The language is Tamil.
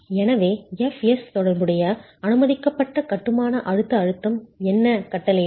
எனவே Fs தொடர்புடைய அனுமதிக்கப்பட்ட கட்டுமான அழுத்த அழுத்தம் என்ன கட்டளையிடும்